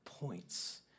points